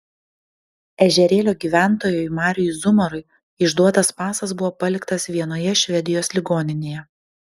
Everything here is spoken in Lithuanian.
ežerėlio gyventojui mariui zumarui išduotas pasas buvo paliktas vienoje švedijos ligoninėje